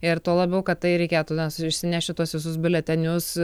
ir tuo labiau kad tai reikėtų nes išsineši tuos visus biuletenius